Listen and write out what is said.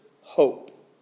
hope